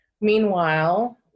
Meanwhile